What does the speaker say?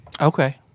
Okay